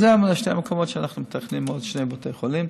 אלה המקומות שבהם אנחנו מתכננים עוד שני בתי חולים